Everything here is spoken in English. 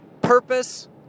purpose